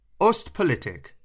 Ostpolitik